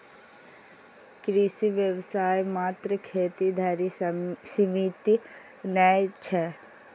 कृषि व्यवसाय मात्र खेती धरि सीमित नै छै